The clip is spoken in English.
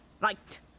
Right